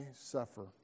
suffer